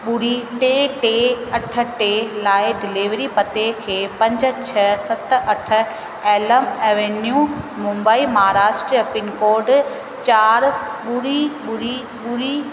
ॿुड़ी टे टे अठ टे लाइ डिलेवरी पते खे पंज छ सत अठ एलम ऐवेन्यू मुंबई महाराष्ट्र पिनकोड चारि ॿुड़ी ॿुड़ी ॿुड़ी